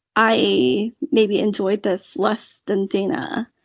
i e. maybe enjoyed this less than dana.